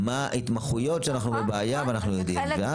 מה ההתמחויות שאנחנו בבעיה ואנחנו יודעים ואז.